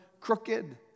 crooked